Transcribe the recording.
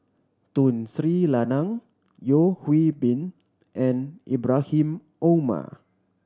Tun Sri Lanang Yeo Hwee Bin and Ibrahim Omar